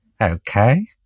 okay